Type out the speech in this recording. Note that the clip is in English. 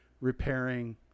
repairing